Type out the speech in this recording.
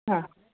ହଁ